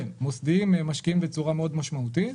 כן, מוסדיים משקיעים בצורה מאוד משמעותית.